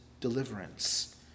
deliverance